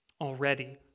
already